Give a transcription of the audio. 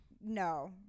No